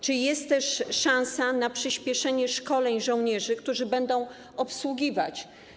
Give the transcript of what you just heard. Czy jest też szansa na przyspieszenie szkoleń żołnierzy, którzy będą je obsługiwać?